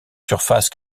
surface